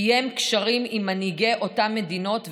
קיים קשרים עם מנהיגי אותן מדינות.